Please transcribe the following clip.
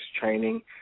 training